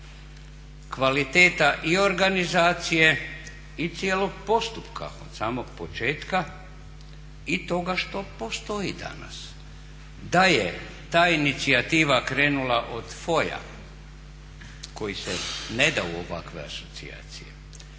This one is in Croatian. Kvaliteta i organizacije i cijelog postupka od samog početka i toga što postoji danas. Da je ta inicijativa krenula od FOI-a koji se neda u ovakve situacije,